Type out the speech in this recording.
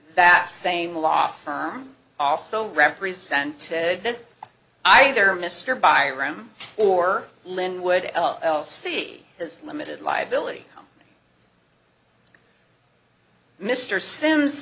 that same law firm also represented either mr by room or lin wood l l c has limited liability mr sim